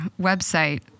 website